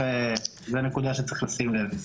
אז זו נקודה שצריך לשים לב.